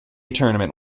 tournament